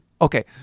okay